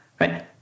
Right